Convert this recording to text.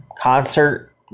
Concert